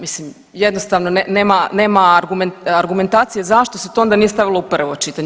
Mislim jednostavno nema argumentacije, zašto se to onda nije stavilo u prvo čitanje.